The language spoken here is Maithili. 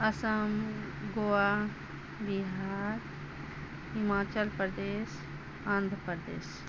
असम गोवा बिहार हिमाचल प्रदेश आन्ध्र प्रदेश